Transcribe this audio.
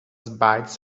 bites